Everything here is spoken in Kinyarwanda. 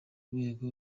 rwego